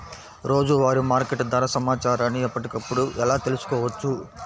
రోజువారీ మార్కెట్ ధర సమాచారాన్ని ఎప్పటికప్పుడు ఎలా తెలుసుకోవచ్చు?